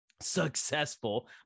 successful